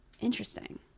Interesting